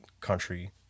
country